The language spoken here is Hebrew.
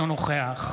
נגד